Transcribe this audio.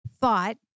thought